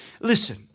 listen